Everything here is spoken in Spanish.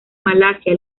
malasia